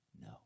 No